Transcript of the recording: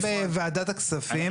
--- שנדון בוועדת הכספים.